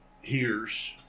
hears